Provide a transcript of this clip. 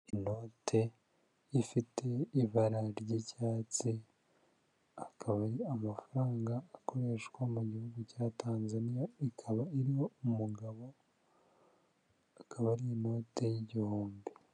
Inote ifite ibara ry'icyatsi, akaba ari amafaranga akoreshwa mu gihugu cya Tanzania, ikaba iriho umugabo, akaba ari inote y'igihumbi.